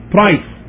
price